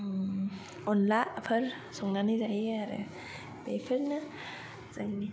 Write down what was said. ओम अनलाफोर संनानै जायो आरो बेफोरनो जोंनि